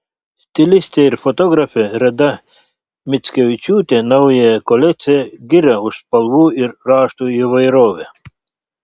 stilistė ir fotografė reda mickevičiūtė naująją kolekciją giria už spalvų ir raštų įvairovę